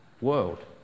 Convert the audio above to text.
world